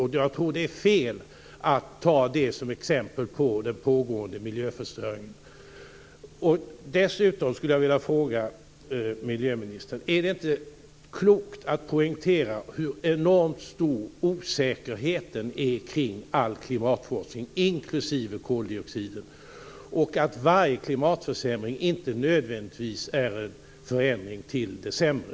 Jag tror att det är fel att ta detta som exempel på den pågående miljöförstöringen. Dessutom skulle jag vilja fråga miljöministern: Är det inte klokt att poängtera hur enormt stor osäkerheten är kring all klimatforskning, inklusive koldioxiden, och att varje klimatförändring inte nödvändigtvis är en förändring till det sämre?